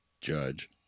Judge